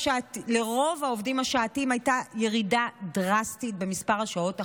לרוב העובדים השעתיים הייתה ירידה דרסטית במספר השעות החודשי.